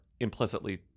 implicitly